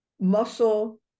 muscle